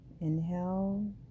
Inhale